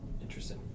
Interesting